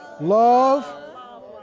Love